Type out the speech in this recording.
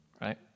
Right